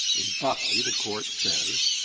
in buckley the court says,